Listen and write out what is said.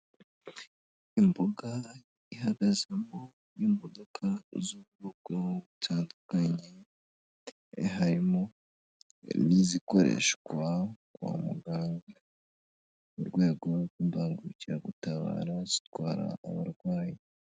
Imbuga ihagazemo imodoka z'ubwoko butandukanye harimo n'izikoreshwa kwa muganga mu rwego rw'imbangukiragutabara zitwara abarwayi.